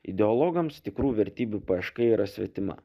ideologams tikrų vertybių paieška yra svetima